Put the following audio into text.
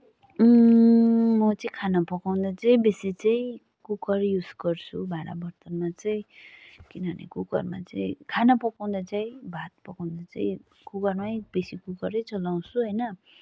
म चाहिँ खाना पकाउँदा चाहिँ बेसी चाहिँ कुकरै युज गर्छु भाँडा बर्तनमा चाहिँ किनभने कुकरमा चाहिँ खाना पकाउँदा चाहिँ भात पकाउँदा चाहिँ कुकरमा बेसी कुकरै चलाउँछु होइन